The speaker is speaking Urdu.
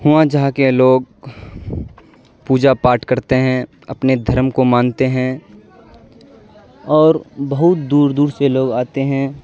وہاں جہاں کے لوگ پوجا پاٹھ کرتے ہیں اپنے دھرم کو مانتے ہیں اور بہت دور دور سے لوگ آتے ہیں